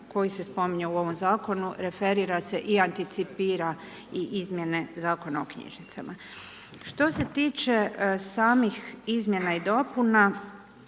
koji se spominje u ovom zakonu referira se i anticipira i izmjene Zakona o knjižnicama. Što se tiče samih izmjena i dopuna,